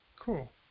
Cool